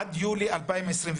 עד יולי 2021,